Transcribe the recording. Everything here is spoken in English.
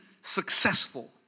successful